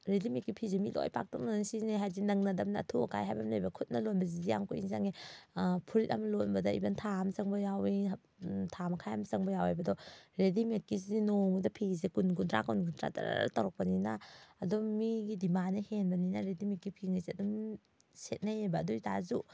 ꯔꯦꯗꯤꯃꯦꯗꯀꯤ ꯐꯤꯁꯦ ꯃꯤ ꯂꯣꯏ ꯄꯥꯛꯇꯛꯅꯅ ꯁꯤꯖꯤꯟꯅꯩ ꯍꯥꯏꯕꯗꯤ ꯅꯪꯅꯗꯅꯕꯝꯅꯤꯅ ꯑꯊꯨ ꯑꯀꯥꯏ ꯍꯥꯏꯕ ꯑꯃ ꯂꯩꯌꯦꯕ ꯈꯨꯠꯅ ꯂꯣꯟꯕꯁꯤꯗꯤ ꯌꯥꯝ ꯀꯨꯏꯅ ꯆꯪꯉꯦ ꯐꯨꯔꯤꯠ ꯑꯃ ꯂꯣꯟꯕꯗ ꯏꯚꯟ ꯊꯥ ꯑꯃ ꯆꯪꯕ ꯌꯥꯎꯋꯤ ꯊꯥ ꯃꯈꯥꯏ ꯑꯃ ꯌꯥꯎꯋꯦꯕ ꯑꯗꯣ ꯔꯦꯗꯤꯃꯦꯗꯀꯤꯁꯤꯗꯤ ꯅꯣꯡꯃꯗ ꯐꯤꯁꯦ ꯀꯨꯟ ꯀꯨꯟꯊ꯭ꯔꯥ ꯀꯨꯟ ꯀꯨꯟꯊ꯭ꯔꯥ ꯗꯔ ꯇꯧꯔꯛꯄꯅꯤꯅ ꯑꯗꯨꯝ ꯃꯤꯒꯤ ꯗꯤꯃꯥꯟꯅ ꯍꯦꯟꯕꯅꯤꯅ ꯔꯦꯗꯤꯃꯦꯗꯀꯤ ꯐꯤꯉꯩꯁꯦ ꯑꯗꯨꯝ ꯁꯦꯠꯅꯩꯌꯦꯕ ꯑꯗꯨ ꯑꯣꯏ ꯇꯥꯔꯁꯨ